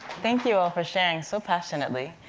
thank you all for sharing so passionately.